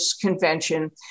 convention